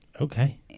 Okay